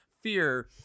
fear